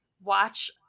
watch